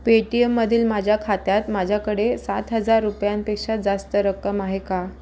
पेटीएममधील माझ्या खात्यात माझ्याकडे सात हजार रुपयांपेक्षा जास्त रक्कम आहे का